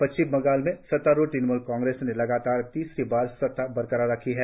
पश्चिम बंगाल में सत्तारुढ़ तृणमूल कांग्रेस ने लगातार तीसरी बार सत्ता बरकरार रखी है